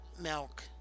milk